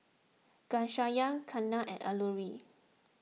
Ghanshyam Ketna and Alluri